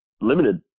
limited